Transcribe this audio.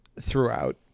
throughout